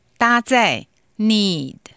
搭载,need